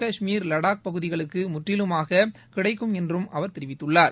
கஷ்மீர் லடாக் பகுதிகளுக்கு முற்றிலுமாக கிடைக்கும் என்று அவர் தெரிவித்துள்ளார்